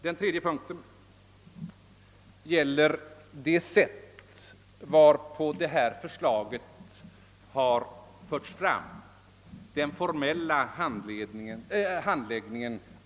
Den tredje punkten gäller det sätt på vilket förslaget har förts fram, alltså den formella handläggningen.